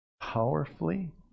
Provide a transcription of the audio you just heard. powerfully